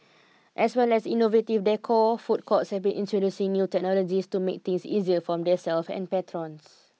as well as innovative decor food courts have been introducing new technologies to make things easier for themselves and patrons